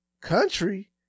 country